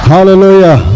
Hallelujah